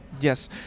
yes